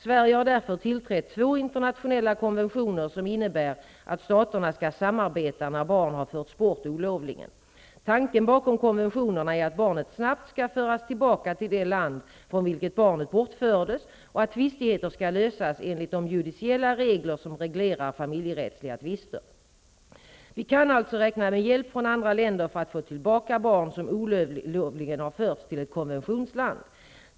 Sverige har därför tillträtt två internationella konventioner som innebär att staterna skall samarbeta när barn har förts bort olovligen. Tanken bakom konventionerna är att barnet snabbt skall föras tillbaka till det land från vilket barnet bortfördes och att tvistigheter skall lösas enligt de judiciella regler som reglerar familjerättsliga tvister. Vi kan alltså räkna med hjälp från andra länder för att få tillbaka barn som olovligen har förts till ett konventionsland.